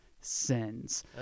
sins